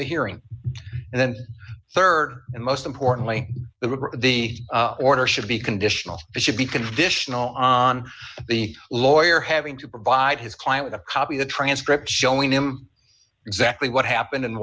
the hearing and then rd and most importantly the report the order should be conditional it should be conditional on the lawyer having to provide his client a copy the transcript showing him exactly what happened and